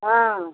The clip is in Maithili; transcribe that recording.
हँ